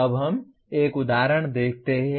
अब हम एक उदाहरण देखते हैं